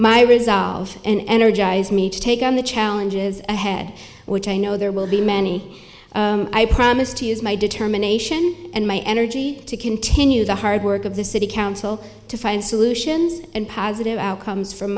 my resolve and energize me to take on the challenges ahead which i know there will be many i promise to use my determination and my energy to continue the hard work of the city council to find solutions and positive outcomes f